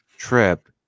trip